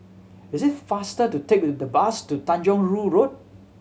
it is faster to take the bus to Tanjong Rhu Road